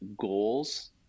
goals